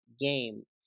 game